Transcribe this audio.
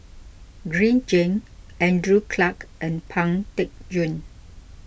Green Zeng Andrew Clarke and Pang Teck Joon